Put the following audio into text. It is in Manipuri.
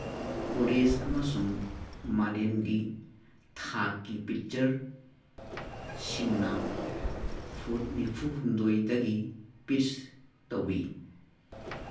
ꯀꯣꯂꯦꯖ ꯑꯃꯁꯨꯡ ꯃꯥꯂꯦꯝꯒꯤ ꯊꯥꯛꯀꯤ ꯄꯤꯛꯆꯔꯁꯤꯡꯅ ꯐꯨꯠ ꯅꯤꯐꯨ ꯍꯨꯝꯗꯣꯏꯗꯒꯤ ꯄꯤꯁ ꯇꯧꯋꯤ